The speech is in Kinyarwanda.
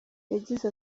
yagize